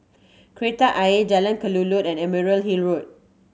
Kreta Ayer Jalan Kelulut and Emerald Hill Road